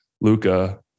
Luca